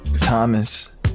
Thomas